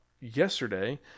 Yesterday